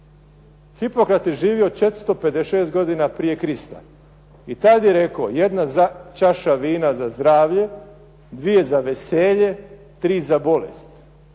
Hipokrat je živio 456. godina prije Krista tada je rekao „Jedna čaša vina za zdravlje, dvije za veselje i tri za bolest“.